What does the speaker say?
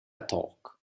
attack